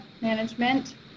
management